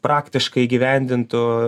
praktiškai įgyvendintų